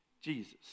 Jesus